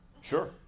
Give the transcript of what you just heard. Sure